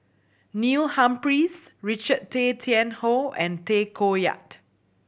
Neil Humphreys Richard Tay Tian Hoe and Tay Koh Yat